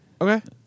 Okay